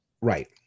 right